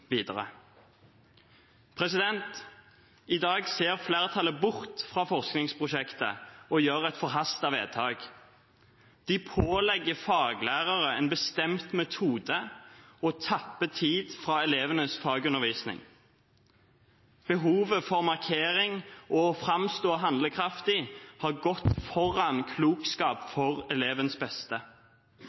videre. I dag ser flertallet bort fra forskningsprosjektet og gjør et forhastet vedtak. De pålegger faglærere en bestemt metode og tapper tid fra elevenes fagundervisning. Behovet for markering og for å framstå som handlekraftig har gått foran klokskap for elevens beste.